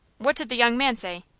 what did the young man say?